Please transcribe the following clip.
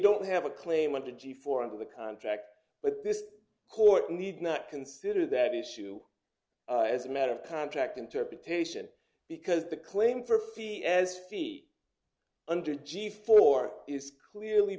don't have a claim of the g four of the contract but this court need not consider that issue as a matter of contract interpretation because the claim for fee as fee under g four is clearly